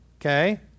Okay